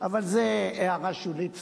אבל זו הערה שולית וצדדית.